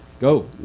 go